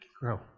grow